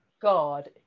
God